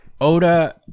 Oda